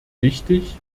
wichtig